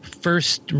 first